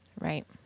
Right